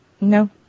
No